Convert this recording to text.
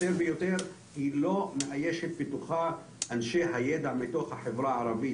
היא לא מאיישת בתוכה את אנשי הידע מתוך החברה הערבית,